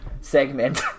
segment